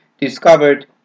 discovered